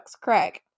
Craig